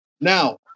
Now